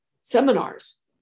seminars